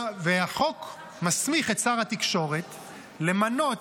החוק מסמיך את שר התקשורת למנות